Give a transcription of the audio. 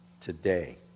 today